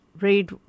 read